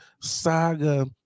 saga